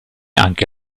anche